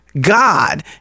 God